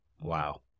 Wow